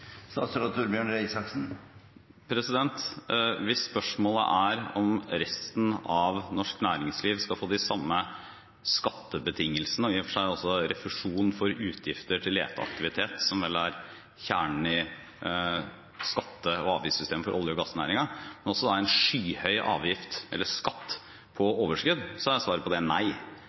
Hvis spørsmålet er om resten av norsk næringsliv skal få de samme skattebetingelsene, og i og for seg også refusjon for utgifter til leteaktivitet, som vel er kjernen i skatte- og avgiftssystemet for olje- og gassnæringen, nå som det er en skyhøy avgift eller skatt på overskudd – er svaret på det nei.